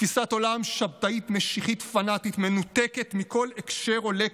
תפיסת עולם שבתאית-משיחית-פנאטית מנותקת מכל הקשר או לקח,